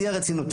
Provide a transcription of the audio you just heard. שיא הרצינות,